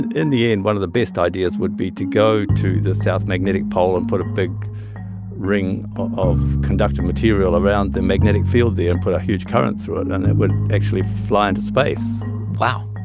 in the end, one of the best ideas would be to go to the south magnetic pole and put a big ring um of conductor material around the magnetic field there and put a huge current through it. and that would actually fly into space wow.